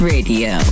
Radio